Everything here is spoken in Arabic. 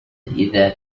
إذا